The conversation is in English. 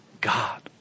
God